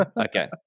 Okay